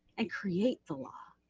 and create the law.